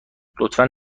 لطفا